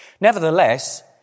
Nevertheless